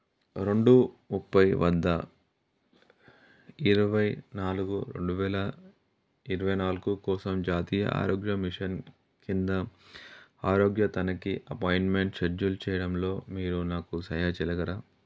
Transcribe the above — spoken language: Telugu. రెండు ముప్పై వద్ద ఇరవై నాలుగు రెండు వేల ఇరవై నాలుగు కోసం జాతీయ ఆరోగ్య మిషన్ కింద ఆరోగ్య తనిఖీ అపాయింట్మెంట్ షెడ్యూల్ చేయడంలో మీరు నాకు సహాయం చేయగలరా